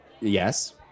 Yes